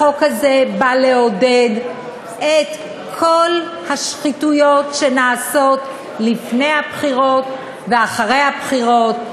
החוק הזה בא לעודד את כל השחיתויות שנעשות לפני הבחירות ואחרי הבחירות.